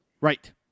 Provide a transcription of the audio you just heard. Right